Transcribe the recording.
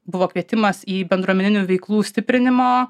buvo kvietimas į bendruomeninių veiklų stiprinimo